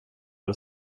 det